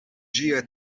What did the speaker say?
ĝia